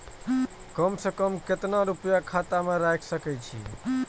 कम से कम केतना रूपया खाता में राइख सके छी?